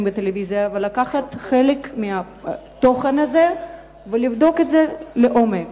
בטלוויזיה ולקחת חלק מהתוכן הזה ולבדוק את זה לעומק.